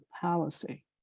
policy